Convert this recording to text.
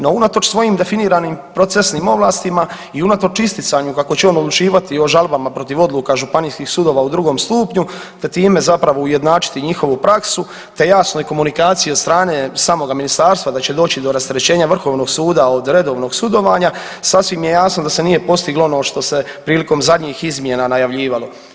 No, unatoč svojim definiranim procesnim ovlastima i unatoč isticanju kako će on odlučivati o žalbama protiv odluka županijskih sudova u drugom stupnju te time zapravo ujednačiti njihovu praksu te jasnoj komunikaciji od strane samoga ministarstva da će doći do rasterećenja Vrhovnog suda od redovnog sudovanja, sasvim je jasno da se nije postiglo ono što se prilikom zadnjih izmjena najavljivalo.